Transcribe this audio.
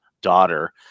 daughter